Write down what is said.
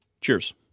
Cheers